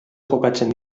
jokatzen